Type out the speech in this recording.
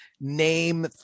name